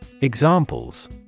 Examples